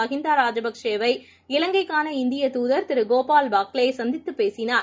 மஹிந்தராஜபக்சே வை இலங்கைக்கான இந்திய தூதர் திரு கோபால் பாக்லேசந்தித்துப் பேசினார்